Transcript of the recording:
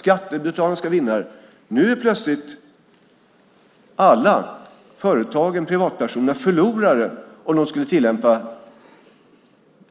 Skattebetalarna skulle vara vinnare. Nu är plötsligt alla, företagen och privatpersonerna, förlorare om de skulle tillämpa